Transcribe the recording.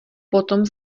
potom